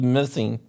missing